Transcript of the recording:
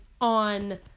on